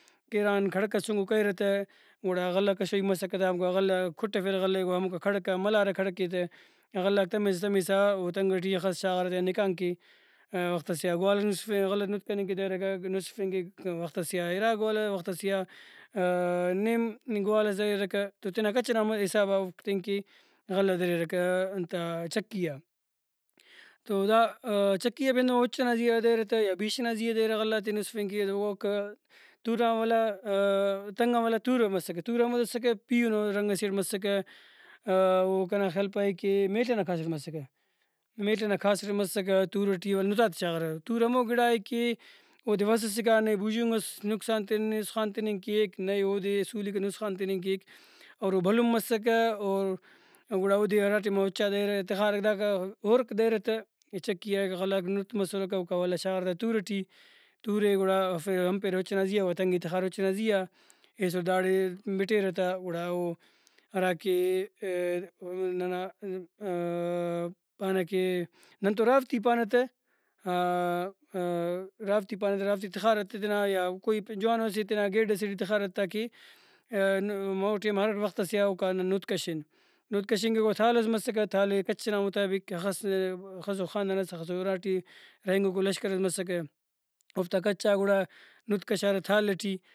کیرغان کڑک ئس چنکو کریرہ تہ گڑا غلہ کشوئی مسکہ تا گڑا غلہ کٹفیرہ غلہ ئے گڑا ہموکا کڑک آن ملارہ کڑک ئے تہ غلہ غاک تمسا تمسا او تنگ ٹی ہخس شاغارہ تینا نکان کہ وختس یا گوالہ نسفیرہ غلہ نت کننگ کہ دریرکہ نسفنگ کہ وختسے آ اِرا گوالہ وختسے آ نیم گوالس دریرکہ تو تینا کچ ئنا حسابا اوفک تیکہ غلہ دریرکہ انتا چکی آ تو دا چکی آ بھی ہندنو اُچ سے نا زیہا دریرہ تہ یا بیش ئنا زیہا دریرہ غلہ غاتے نُسفنگ کہ اوکا توران والا تنگان ولا تورومسکہ تورو ہمود اسکہ پیہنو رنگ سے اٹ مسکہ او کنا خیال پائے کہ میل ئنا کھاس اٹ مسکہ میل ئنا کھاس اٹ مسکہ تورو ٹی نُتاتے شاغارہ ۔تورو ہمو گڑائے کہ اودے وس سے کا نہ بژونگ ئس نقصان تیک نسخان تننگ کیک نئے اودے سُولک ئس نسخان تننگ کیک اور او بھلن مسکہ اور گڑا اودے ہرا ٹائما اُچا دریرہ تخارہ داکا ہورک دریرہ تہ چکی آ ایکا غلہ غاک نُت مسرکہ اوکا ولا شاغارہ تا تورہ ٹی تورہ ئے گڑا ہفیرہ امپیرہ اُچ ئنا زیہا و تنگ ئے تخارہ اُچ ئنا زیہا ایسُرہ داڑے بٹیرہ تہ گڑا او ہراکہ ننا پانہ کہ نن تو راوتی پانہ راوتی پانہ تہ رواتی ٹی تخارہ انت تے تینا یا کوئی جوانو اسہ تینا گیڈ ئسیٹ تخارہ تاکہ ہمو ٹائم ہر وخت سے آ اوکان نن نُت کشن۔ نت کشنگ کہ گڑا تال ئس مسکہ تال ئے کچ ئنا مطابق ہخس ہخسو خاندان ئس ہخسو اُراٹی رہینگوکو لشکرس مسکہ اوفتا کچا گڑا نُت کشارہ تال ٹی